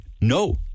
no